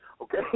Okay